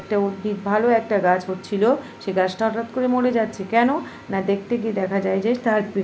একটা উদ্ভিদ ভালো একটা গাছ হচ্ছিলো সেই গাছটা হঠাৎ করে মরে যাচ্ছে কেন না দেখতে গিয়ে দেখা যায় যে তার